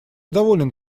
доволен